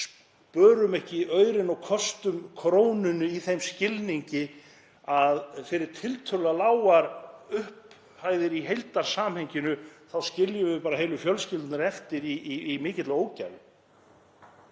spörum ekki aurinn og köstum krónunni í þeim skilningi að fyrir tiltölulega lágar upphæðir í heildarsamhenginu skiljum við bara heilu fjölskyldurnar eftir í mikilli ógæfu.